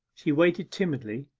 she waited timidly,